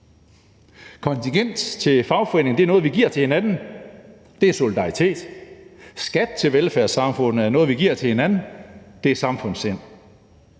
Kontingent til fagforeninger er noget, vi giver til hinanden, det er solidaritet. Skat til velfærdssamfundet er noget, vi giver til hinanden, det er samfundssind.